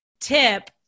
tip